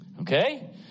Okay